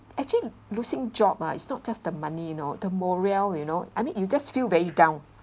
actually losing job ah it's not just the money you know the morale you know I mean you just feel very down